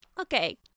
Okay